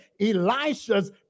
Elisha's